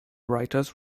writers